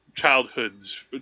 childhoods